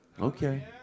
Okay